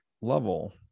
level